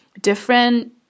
different